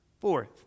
Fourth